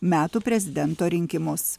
metų prezidento rinkimus